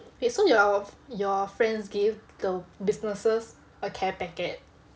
wait so your your friends give the businesses a care packet